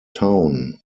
town